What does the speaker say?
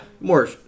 more